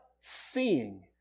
seeing